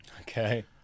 Okay